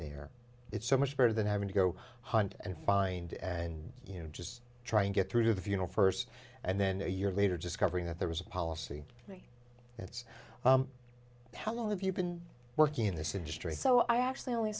there it's so much better than having to go hunt and find and you know just try and get through the funeral first and then a year later discovering that there was a policy for me that's how long have you been working in the city street so i actually only